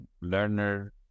learner